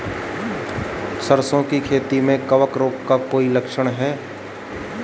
सरसों की खेती में कवक रोग का कोई लक्षण है?